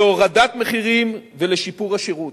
להורדת מחירים ולשיפור השירות.